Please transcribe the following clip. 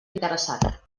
interessat